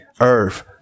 earth